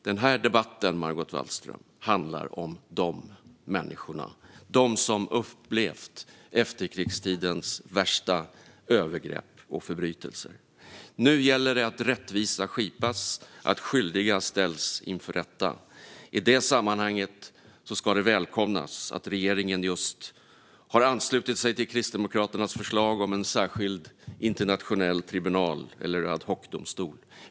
Den här debatten, Margot Wallström, handlar om dessa människor, de som upplevt efterkrigstidens värsta övergrepp och förbrytelser. Nu gäller det att rättvisa skipas och att skyldiga ställs inför rätta. I det sammanhanget ska det välkomnas att regeringen just har anslutit sig till Kristdemokraternas förslag om en särskild internationell tribunal eller ad hoc-domstol.